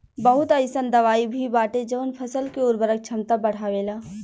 बहुत अईसन दवाई भी बाटे जवन फसल के उर्वरक क्षमता बढ़ावेला